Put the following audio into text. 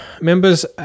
members